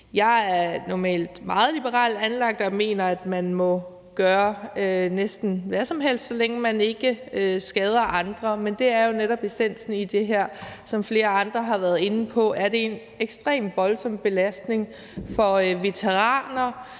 Jeg er normalt meget liberalt anlagt og mener, at man må gøre næsten hvad som helst, så længe man ikke skader andre, men det er jo netop essensen i det her. Som flere andre har været inde på, er det en ekstremt voldsom belastning for veteraner.